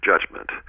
judgment